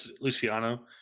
Luciano